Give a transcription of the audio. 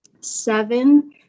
Seven